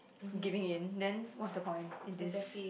giving in then what's the point in this